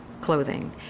clothing